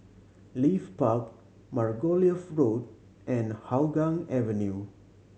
Leith Park Margoliouth Road and Hougang Avenue